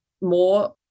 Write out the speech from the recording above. more